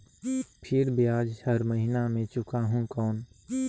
फिर ब्याज हर महीना मे चुकाहू कौन?